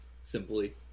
simply